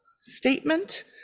statement